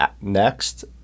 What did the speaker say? next